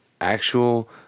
actual